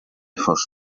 fos